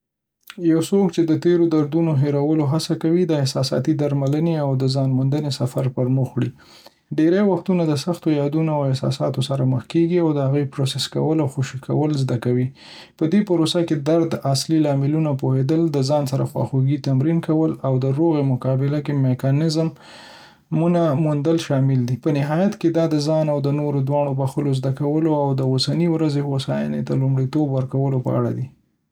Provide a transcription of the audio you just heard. یو څوک چې د تیرو دردونو هیرولو هڅه کوي د احساساتي درملنې او ځان موندنې سفر پرمخ وړي، ډیری وختونه د سختو یادونو او احساساتو سره مخ کیږي، او د هغوی پروسس کول او خوشې کول زده کوي. پدې پروسه کې د درد د اصلي لاملونو پوهیدل، د ځان سره خواخوږي تمرین کول، او د روغې مقابلې میکانیزمونه موندل شامل دي. په نهایت کې، دا د ځان او نورو دواړو بخښلو زده کولو، او د اوسني ورځې هوساینې ته لومړیتوب ورکولو په اړه دی.